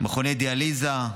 מכוני דיאליזה,